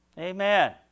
Amen